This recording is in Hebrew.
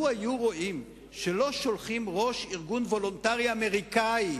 לו ראו שלא שולחים ראש ארגון וולונטרי אמריקני,